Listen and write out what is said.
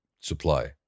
supply